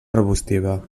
arbustiva